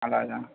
అలాగ